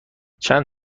چند